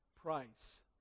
price